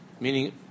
meaning